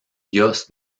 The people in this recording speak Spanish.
dios